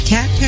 Cat